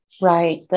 Right